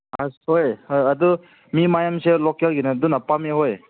ꯑꯁ ꯍꯣꯏ ꯍꯣꯏ ꯑꯗꯨ ꯃꯤ ꯃꯌꯥꯝꯁꯦ ꯂꯣꯀꯦꯜꯒꯤꯅ ꯑꯗꯨꯅ ꯄꯥꯝꯃꯦ ꯍꯣꯏ